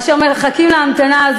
אשר מחכים הרבה זמן,